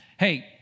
Hey